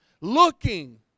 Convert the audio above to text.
Looking